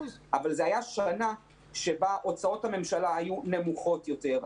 אבל זה היה שנה שבה הוצאות הממשלה היו נמוכות יותר,